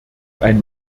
ein